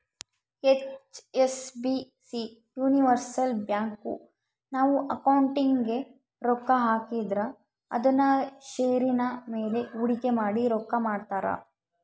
HSBC universal bank, ನಾವು ಅಕೌಂಟಿಗೆ ರೊಕ್ಕ ಹಾಕಿದ್ರ ಅದುನ್ನ ಷೇರಿನ ಮೇಲೆ ಹೂಡಿಕೆ ಮಾಡಿ ರೊಕ್ಕ ಮಾಡ್ತಾರ